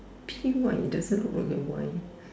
P Y it doesn't look like a Y eh